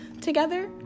together